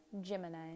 Gemini